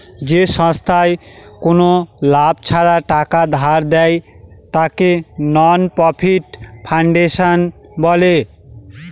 যে সংস্থায় কোনো লাভ ছাড়া টাকা ধার দেয়, তাকে নন প্রফিট ফাউন্ডেশন বলে